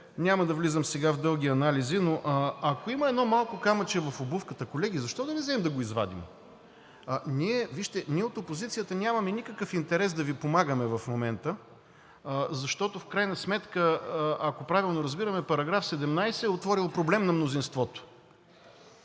Няма да влизам сега в дълги анализи, но ако има едно малко камъче в обувката, колеги, защо да не вземем да го извадим? Вижте, от опозицията нямаме никакъв интерес да Ви помагаме в момента, защото в крайна сметка, ако правилно разбираме, § 17 е отворил проблем на мнозинството.